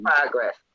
progress